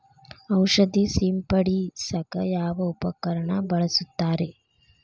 ಔಷಧಿ ಸಿಂಪಡಿಸಕ ಯಾವ ಉಪಕರಣ ಬಳಸುತ್ತಾರಿ?